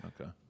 Okay